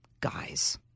Guys